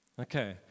Okay